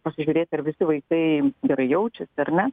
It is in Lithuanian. pasižiūrėti ar visi vaikai gerai jaučiasi ar ne